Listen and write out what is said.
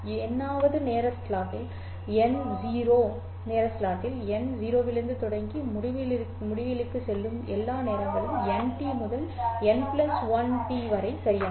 N வது நேர ஸ்லாட்டில் n 0 நேர ஸ்லாட்டில் n 0 இலிருந்து தொடங்கி முடிவிலிக்கு செல்லும் எல்லா நேரங்களும் nT முதல் n 1 T வரை சரியானவை